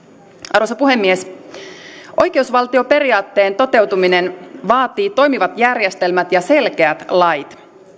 arvoisa puhemies oikeusvaltioperiaatteen toteutuminen vaatii toimivat järjestelmät ja selkeät lait